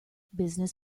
business